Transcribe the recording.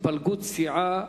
(התפלגות סיעה),